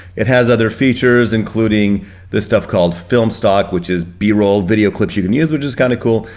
it has other features including this stuff called filmstock, which is b-roll video clips you can use, which is kinda cool,